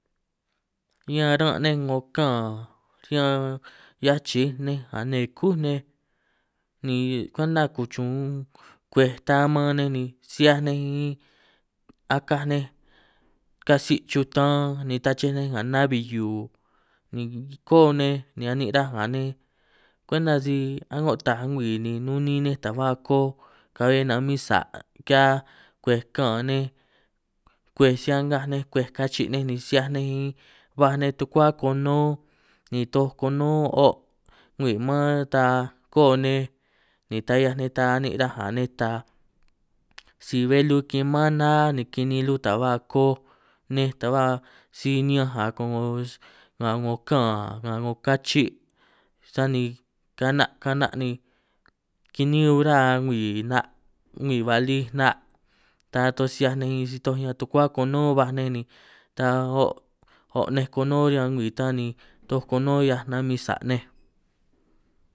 Ñan ran' nej 'ngo kaan ñan 'hiaj chij nga nej nne kúj nej, ni kwenta kuchuun kwej ta maan nej ni si 'hiaj nej min akaj nej katsi chutan, ni tache nej nga na'bbi hiu ni ko'o nej, ni anin' raj nga nej kwenta si a'ngo taaj ngwii ni nunin ninj taj ba koj ka'bbe namin sa', ki'hia kwej kaan nej kwej si a'ngaj nej, kwej kachi' nej ni si 'hiaj nej baj nej tukua kono'ó, ni toj kono'ó o' ngwii man ta ko'o nej ni ta 'hiaj nej ta anin' raj nga nej taaj si belu kiman na ni kini'in lu ta ba koj nej, ta ba si niñanj a' ko'ngo nga ko'ngo kaan nga 'ngo kachi', sani ka'na ka'na ni kini'ñun ra ngwii 'na' ngwii ba lij, 'na' ta toj si 'hiaj nej min si toj ñan tukua kono'ó baj nej, ni ta o' o' nej kono'ó riñan ngwii ta ni toj kono'ó 'hiaj namin sa' nej.